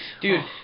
Dude